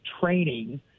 training